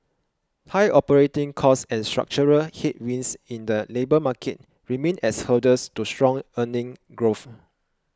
high operating costs and structural headwinds in the labour market remain as hurdles to strong earnings growth